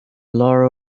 laurel